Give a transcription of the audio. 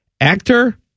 actor